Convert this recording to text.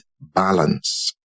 balance